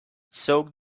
soak